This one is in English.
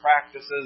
practices